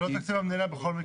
זה לא תקציב המדינה בכל מקרה.